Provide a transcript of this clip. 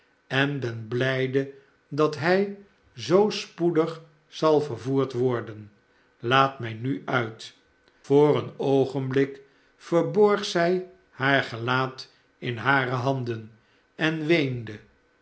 en ben blijde dat hij zoo spoedig zal vervoerd worden laat mij nu uit voor een oogenblik verborg zij haar gelaat in hare handen en weende